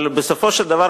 אבל בסופו של דבר,